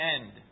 end